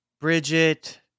Bridget